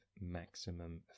maximum